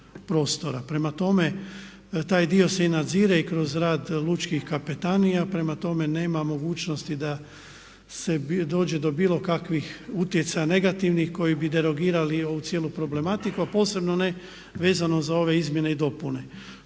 Prema tome, taj dio se i nadzire i kroz rad lučkih kapetanija, prema tome nema mogućnosti da se dođe do bilo kakvih utjecaja negativnih koji bi derogirali ovu cijelu problematiku a posebno ne vezano za ove izmjene i dopune.